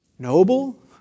Noble